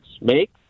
make